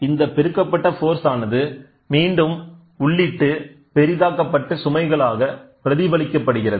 இந்த பெருக்கப்பட்ட ஃபோர்ஸ் ஆனது மீண்டும் உள்ளிட்டு பெரிதாக்கப்பட்ட சுமைகளாக பிரதிபலிக்கப்படுகிறது